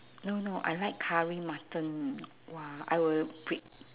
no no I like curry mutton !wah! I will bri~